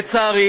לצערי